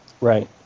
right